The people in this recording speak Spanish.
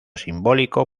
simbólico